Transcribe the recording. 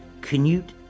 Canute